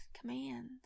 commands